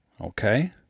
Okay